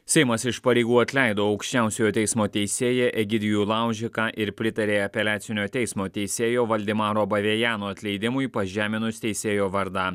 seimas iš pareigų atleido aukščiausiojo teismo teisėją egidijų laužiką ir pritarė apeliacinio teismo teisėjo valdemaro bavėjano atleidimui pažeminus teisėjo vardą